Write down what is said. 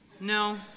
No